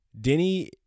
Denny